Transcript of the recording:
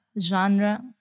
genre